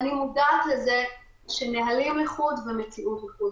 אני מודעת לזה שנהלים לחוד ומציאות לחוד.